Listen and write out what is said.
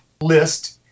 list